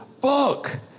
Book